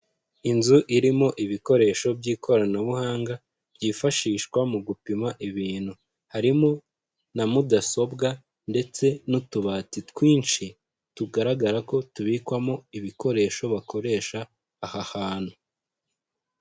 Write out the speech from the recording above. Inzu irimo ibikoresho by'ikoranabuhanga, byifashishwa mu gupima ibintu, harimo na mudasobwa ndetse n'utubati twinshi tugaragara ko tubikwamo ibikoresho bakoresha aha hantu.